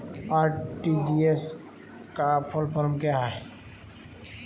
RTGS का full form क्या है?